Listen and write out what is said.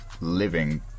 living